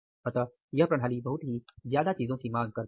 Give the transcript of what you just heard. अतः यह प्रणाली बहुत ही ज्यादा चीजों की मांग करती है